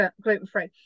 gluten-free